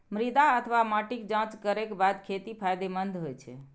मृदा अथवा माटिक जांच करैक बाद खेती फायदेमंद होइ छै